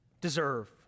deserve